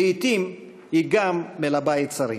לעתים היא גם מלבה יצרים.